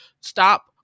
stop